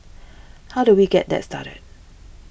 how do we get that started